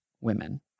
women